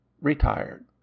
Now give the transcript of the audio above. retired